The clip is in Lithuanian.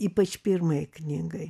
ypač pirmajai knygai